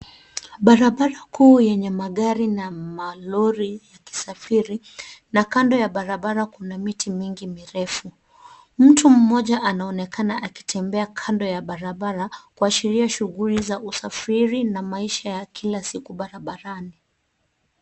Barabara kuu yenye magari na malori yakisafiri na kando ya barabara kuna miti mingi mirefu. Mtu mmoja anaonekana akitembea kando ya barabara kuashiria shughuli za usafiri na maisha ya kila siku barabarani.